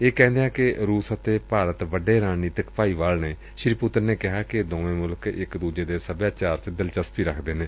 ਇਹ ਕਹਿੰਦਿਆਂ ਕਿ ਰੁਸ ਅਤੇ ਭਾਰਤ ਵੱਡੇ ਰਣਨੀਤਕ ਭਾਈਵਾਲ ਨੇ ਸ੍ਰੀ ਪੁਤਿਨ ਨੇ ਕਿਹਾ ਕਿ ਦੋਵੇਂ ਮੁਲਕ ਇਕ ਦੂਜੇ ਦੇ ਸਭਿਆਚਾਰ ਵਿਚ ਦਿਲਰਸਪੀ ਰਖਦੇ ਨੇ